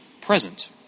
present